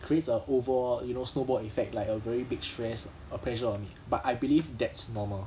creates a overall you know snowball effect like a very big stress a pressure on me but I believe that's normal